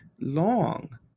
long